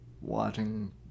watching